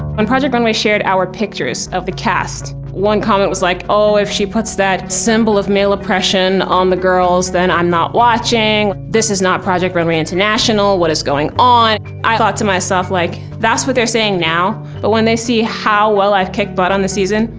project runway shared our pictures of the cast, one comment was like, oh, if she puts that symbol of male oppression on the girls, then i'm not watching! this is not project runway international, what is going on? i thought to myself, like, that's what they're saying now, but when they see how well i've kicked butt on the season,